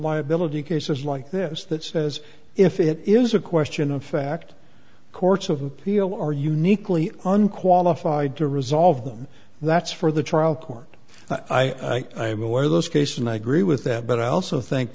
liability cases like this that says if it is a question of fact courts of appeal are uniquely unqualified to resolve them that's for the trial court i am aware this case and i agree with that but i also think